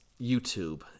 YouTube